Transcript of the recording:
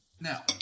Now